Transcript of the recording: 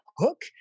hook